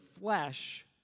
flesh